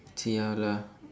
see how lah